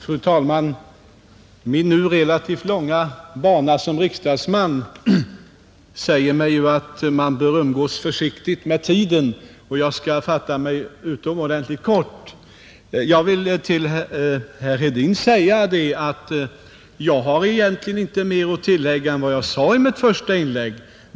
Fru talman! Min numera relativt långa bana som riksdagsman säger mig att man bör umgås försiktigt med tiden, och jag skall fatta mig utomordentligt kort. Jag vill till herr Hedin säga att jag egentligen inte har mer att tillägga än vad jag sade i mitt första inlägg.